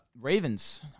Ravens